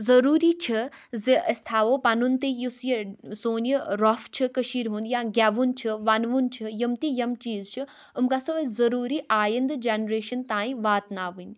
ضروٗری چھِ زِ أسۍ تھاوَو پَنُن تہِ یُس یہِ سون یہِ روٚف چھُ کٔشیٖرِ ہُنٛد یا گٮ۪وُن چھُ وَنہٕ وُن چھُ یِم تہِ یِم چیٖز چھِ یِم گژھو أسۍ ضروٗری آینٛدٕ جنریشن تانۍ واتناوٕنۍ